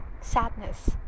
sadness